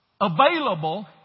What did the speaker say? available